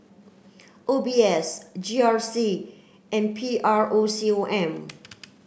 O B S G R C and P R O C O M